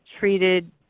treated